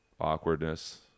awkwardness